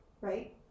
right